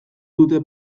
dute